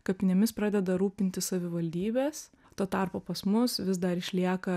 kapinėmis pradeda rūpintis savivaldybės tuo tarpu pas mus vis dar išlieka